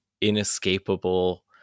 inescapable